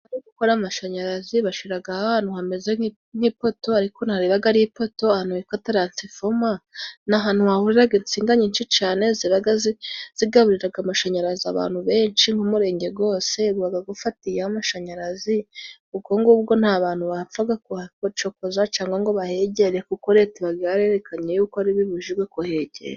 Gukora amashanyarazi bashiragaho ahantu hameze nk'ipoto ariko naribaga ari ipoto ahantu hitwa taransifoma. Ni ahantu hahuriraraga insinga nyinshi cane, zibaga zigaburiraga amashanyarazi abantu benshi nk'umurenge gose gubaga gufatiyeho amashanyarazi. Ubwo ng'ubwo nta bantu bapfaga kuhacokoza cangwa ngo bahegere, kuko leta ibaga yarerekanye yuko bibujijwe kuhegera.